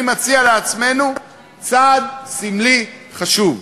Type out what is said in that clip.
אני מציע לעצמנו צעד סמלי חשוב.